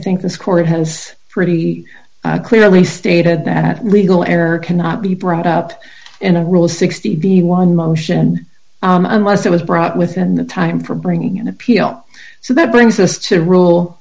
think this court has pretty clearly stated that legal error cannot be brought up in a rule sixty b one motion unless it was brought within the time for bringing an appeal so that brings us to rule